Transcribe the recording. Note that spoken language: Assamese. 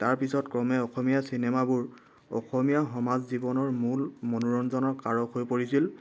তাৰপিছত ক্ৰমে অসমীয়া চিনেমাবোৰ অসমীয়া সমাজ জীৱনৰ মূল মনোৰঞ্জনৰ কাৰক হৈ পৰিছিল